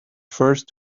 first